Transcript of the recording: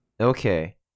Okay